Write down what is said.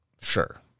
Sure